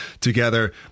together